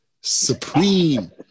Supreme